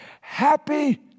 happy